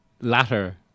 Latter